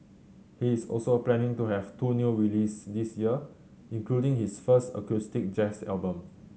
he is also planning to have two new releases this year including his first acoustic jazz album